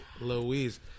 Louise